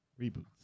reboots